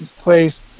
place